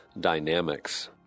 dynamics